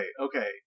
okay